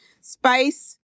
spice